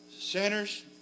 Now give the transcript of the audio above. sinners